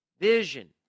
Vision